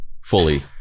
fully